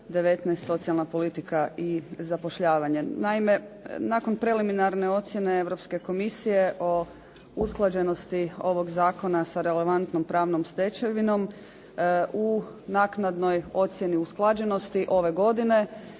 – Socijalna politika i zapošljavanje. Naime, nakon preliminarne ocjene Europske komisije o usklađenosti ovog zakona sa relevantnom pravnom stečevinom u naknadnoj ocjeni usklađenosti ove godine